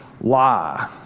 lie